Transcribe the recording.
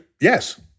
yes